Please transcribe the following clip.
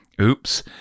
Oops